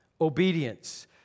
obedience